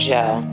Joe